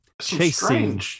Chasing